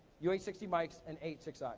ua sixty mikes, and eighty six ah